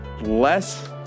less